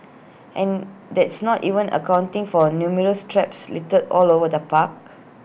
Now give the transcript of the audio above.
and that's not even accounting for A numerous traps littered all over the park